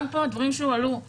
גם הדברים שהועלו פה